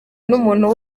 n’umuntu